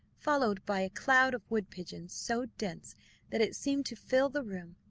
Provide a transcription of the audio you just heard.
followed by a cloud of wood-pigeons, so dense that it seemed to fill the room.